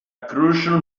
crucial